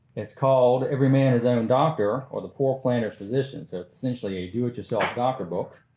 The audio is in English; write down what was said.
it's called every man his own doctor, or the poor planter's physician. so it's essentially a do-it-yourself doctor book,